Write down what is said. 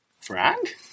Frank